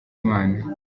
imana